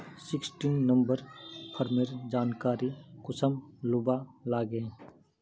Sixteen number फार्मेर जानकारी कुंसम लुबा लागे?